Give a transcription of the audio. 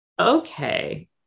okay